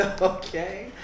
Okay